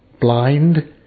blind